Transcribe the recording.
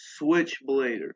Switchblader